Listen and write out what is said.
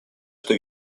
что